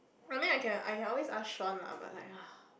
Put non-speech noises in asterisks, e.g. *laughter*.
I mean I can I can always ask Shawn lah but like *noise*